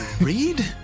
Read